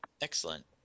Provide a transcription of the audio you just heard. Excellent